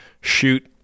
shoot